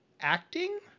acting